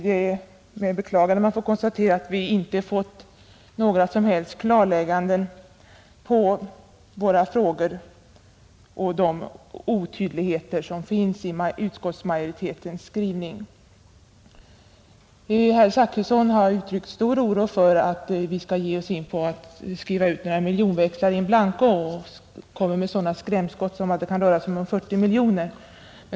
Det är med beklagande jag konstaterar att vi inte fått några som helst klarläggande svar på våra frågor om de otydligheter som finns i utskottsmajoritetens skrivning. Herr Zachrisson har uttryckt stor oro för att vi skall ge oss in på att skriva ut miljonväxlar in blanco, och han kommer med sådana skrämskott som att det skulle kunna röra sig om 40 miljoner.